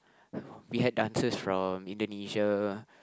we had dancers from Indonesia